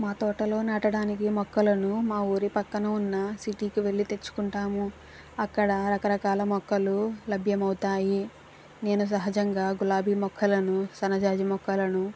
మా తోటలో నాటడానికి మొక్కలను మా ఊరి పక్కన ఉన్న సిటీకి వెళ్ళి తెచ్చుకుంటాము అక్కడ రకరకాల మొక్కలు లభ్యమౌతాయి నేను సహజంగా గులాబి మొక్కలను సన్న జాజి మొక్కలను